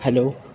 hello